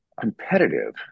competitive